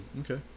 Okay